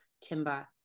timber